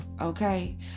okay